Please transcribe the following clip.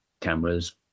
cameras